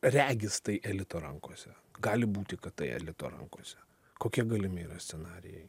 regis tai elito rankose gali būti kad tai elito rankose kokie galimi yra scenarijai